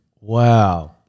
Wow